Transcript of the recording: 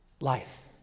life